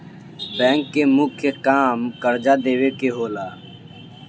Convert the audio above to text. bank के मुख्य काम कर्जा देवे के होला